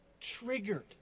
triggered